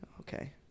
Okay